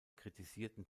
kritisierten